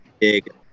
big